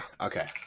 okay